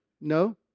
No